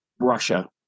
Russia